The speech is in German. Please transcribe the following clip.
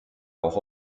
auch